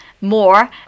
more